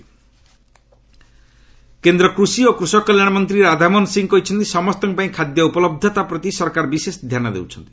agri start up କେନ୍ଦ୍ର କୃଷି ଓ କୃଷକ କଲ୍ୟାଣ ମନ୍ତ୍ରୀ ରାଧାମୋହନ ସିଂ କହିଛନ୍ତି ସମସ୍ତଙ୍କ ପାଇଁ ଖାଦ୍ୟ ଉପଲହ୍ଧତା ପ୍ରତି ସରକାର ବିଶେଷ ଧ୍ୟାନ ଦେଉଛନ୍ତି